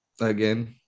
Again